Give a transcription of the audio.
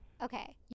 okay